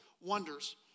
wonders